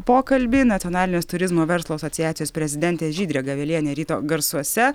pokalbį nacionalinės turizmo verslo asociacijos prezidentė žydrė gavelienė ryto garsuose